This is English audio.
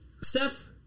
Steph